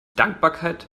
dankbarkeit